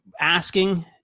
asking